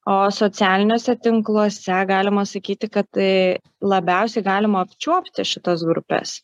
o socialiniuose tinkluose galima sakyti kad tai labiausiai galima apčiuopti šitas grupes